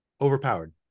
Overpowered